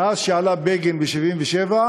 מאז עלה בגין ב-1977,